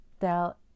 tell